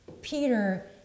Peter